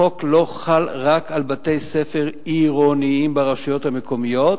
החוק לא חל רק על בתי-ספר עירוניים ברשויות המקומיות,